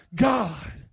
God